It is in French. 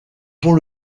pont